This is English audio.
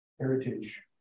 Heritage